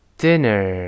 dinner